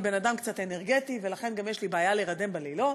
אני אדם קצת אנרגטי ולכן יש לי בעיה להירדם בלילות.